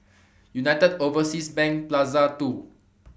United Overseas Bank Plaza two